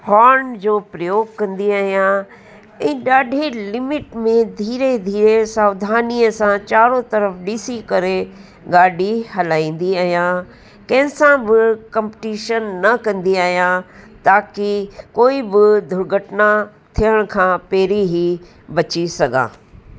horn जो प्रयोग कंदी आहियां ऐं ॾाढी लिमिट में धीरे धीरे सावधानीअ सां चारो तरफ़ ॾिसी करे गाॾी हलाईंदी आहियां कंहिंसां ब कॉंप्टीशन न कंदी आहियां ताकि कोई ब दुर्घटना थियण खां पहिरीं ई बची सघां